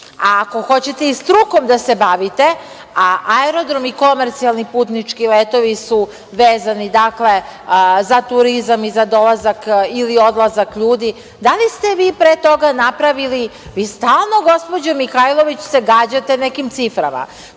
Ako hoćete i strukom da se bavite, a aerodromi i komercijalni putnički letovi su vezani za turizam i za dolazak ili odlazak ljudi, da li ste vi pre toga napravili, vi stalno gospođo Mihajlović se gađate nekim ciframa. Čas